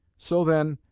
so then,